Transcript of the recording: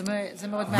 זה מאוד מעניין.